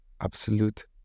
absolute